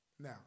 Now